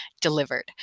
delivered